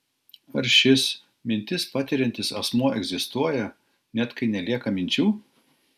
ar šis mintis patiriantis asmuo egzistuoja net kai nelieka minčių